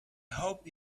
hope